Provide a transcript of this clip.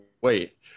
wait